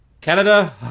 Canada